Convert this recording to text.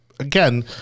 again